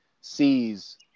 sees